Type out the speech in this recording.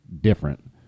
different